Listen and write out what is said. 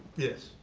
yes,